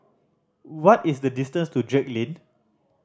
what is the distance to Drake Lane